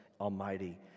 Almighty